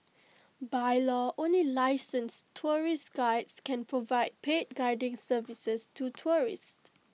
by law only licensed tourist Guides can provide paid guiding services to tourists